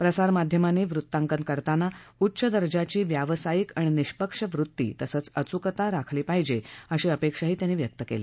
प्रसारमाध्यमांनी वृत्तांकन करताना उच्च दर्जाची व्यावसायिक आणि निष्पक्ष वृत्ती तसंच अचूकता राखली पाहिजे अशी अपेक्षाही त्यांनी व्यक्त केली